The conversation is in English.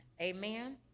amen